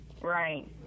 Right